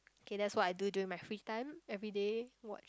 okay that's what I do during my free time everyday watch